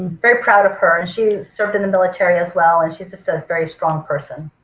very proud of her and she served in the military as well and she's just a very strong person.